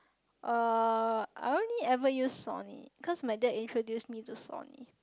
uh I only ever use Sony cause my dad introduced me to Sony